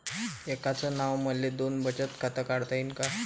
एकाच नावानं मले दोन बचत खातं काढता येईन का?